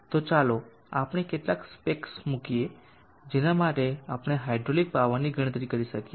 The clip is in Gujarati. તો ચાલો આપણે કેટલાક સ્પેક્સ મૂકીએ જેના માટે આપણે હાઇડ્રોલિક પાવરની ગણતરી કરી શકીએ